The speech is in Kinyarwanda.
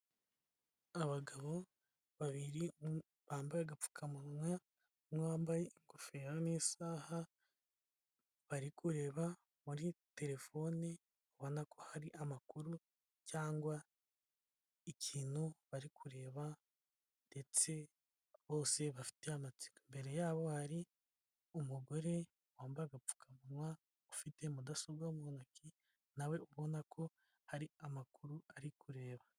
Abagabo babiri bambaye agapfukamunwa umwe wambaye ingofero n'isaha, bari kureba muri telefone, ubona ko hari amakuru cyangwa ikintu bari kureba ndetse bose bafite amatsiko, imbere yabo hari umugore wambaye agapfukamunwa ufite mudasobwa mu ntoki nawe ubona ko hari amakuru ari kureba.